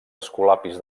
escolapis